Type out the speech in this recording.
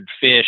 fish